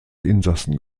insassen